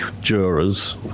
jurors